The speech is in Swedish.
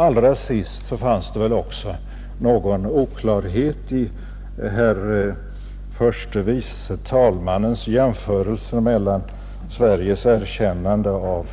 Allra sist fanns det väl också någon oklarhet i herr förste vice talmannens jämförelse mellan Sveriges erkännande av